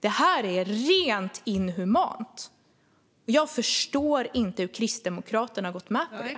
Detta är rent inhumant. Jag förstår inte hur Kristdemokraterna har gått med på det.